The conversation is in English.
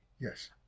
Yes